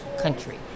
country